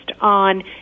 on